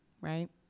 right